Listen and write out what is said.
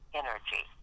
energy